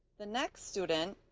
the next student,